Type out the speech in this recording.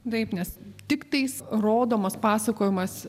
taip nes tiktais rodomas pasakojimas